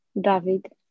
David